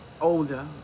older